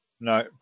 No